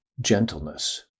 Gentleness